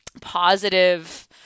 positive